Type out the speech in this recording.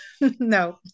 no